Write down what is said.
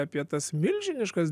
apie tas milžiniškas